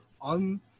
on